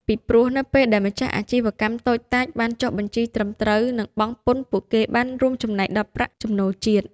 ពីព្រោះនៅពេលដែលម្ចាស់អាជីវកម្មតូចតាចបានចុះបញ្ជីត្រឹមត្រូវ និងបង់ពន្ធ ពួកគេបានរួមចំណែកដល់ប្រាក់ចំណូលជាតិ។